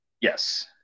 Yes